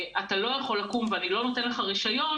אתה לא יכול לקום ואני לא נותן לך רישיון,